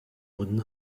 wooden